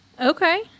Okay